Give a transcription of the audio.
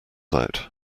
out